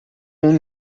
اون